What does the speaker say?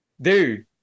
dude